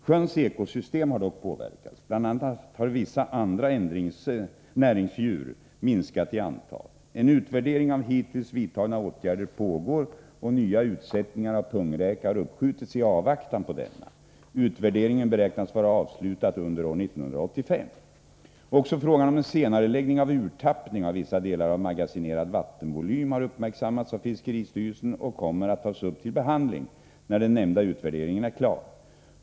Sjöns ekosystem har dock påverkats. Bl. a. har vissa andra näringsdjur minskat i antal. En utvärdering av hittills vidtagna åtgärder pågår, och nya utsättningar av pungräka har uppskjutits i avvaktan på denna. Utvärderingen beräknas vara avslutad under 1985. Också frågan om en senareläggning av urtappning av vissa delar av magasinerad vattenvolym har uppmärksammats av fiskeristyrelsen och kommer att tas upp till behandling när den nämnda utvärderingen är klar.